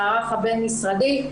המערך הבין משרדי,